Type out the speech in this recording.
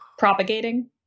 propagating